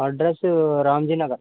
address Ramji Nagar